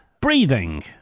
Breathing